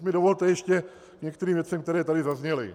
Teď mi dovolte ještě k některým věcem, které tady zazněly.